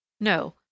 No